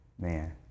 Man